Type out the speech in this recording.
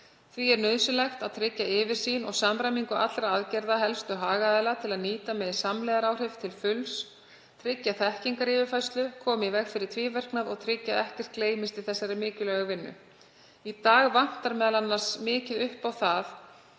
Því er nauðsynlegt að tryggja yfirsýn og samræmingu allra aðgerða helstu hagaðila til að nýta megi samlegðaráhrif til fullnustu, tryggja þekkingaryfirfærslu, koma í veg fyrir tvíverknað og tryggja að ekkert gleymist í þessari mikilvægu vinnu. Í dag vantar t.d. mikið upp á að